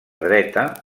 dreta